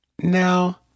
Now